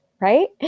right